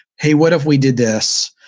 hey, what if we did this?